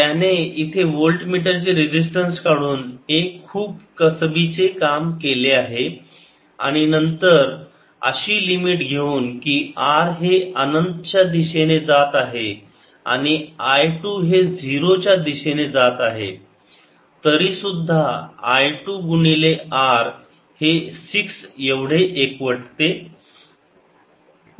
त्याने इथे वोल्टमीटर चे रेजिस्टन्स काढून एक खूप कसबी चे काम केले आहे आणि नंतर अशी लिमिट घेऊन की R हे अनंतच्या दिशेने जात आहे आणि I टू हे 0 च्या दिशेने जात आहे तरीसुद्धा I टू गुणिले R हे 6 एवढे एकवटते